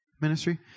ministry